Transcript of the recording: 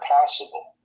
possible